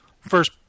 First